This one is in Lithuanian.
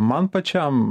man pačiam